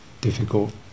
difficult